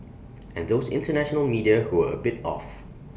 and those International media who were A bit off